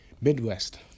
Midwest